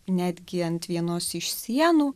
netgi ant vienos iš sienų